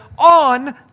on